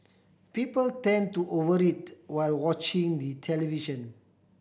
people tend to over eat while watching the television